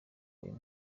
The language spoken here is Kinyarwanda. uyu